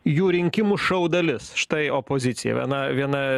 jų rinkimų šou dalis štai opozicija viena viena